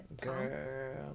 Girl